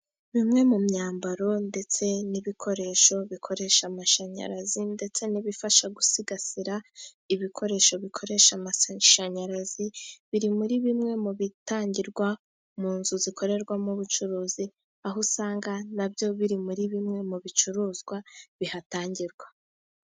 Bimwe mu myambaro ndetse n'ibikoresho bikoresha amashanyarazi ndetse n'ibifasha gusigasira ibikoresho bikoresha amashanyarazi, biri muri bimwe mu bitangirwa mu nzu zikorerwamo ubucuruzi aho usanga nabyo biri muri bimwe mu bicuruzwa bihatangirwa.